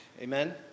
amen